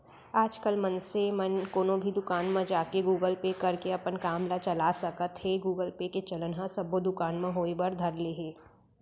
आजकल मनसे मन कोनो भी दुकान म जाके गुगल पे करके अपन काम ल चला सकत हें गुगल पे के चलन ह सब्बो दुकान म होय बर धर ले हे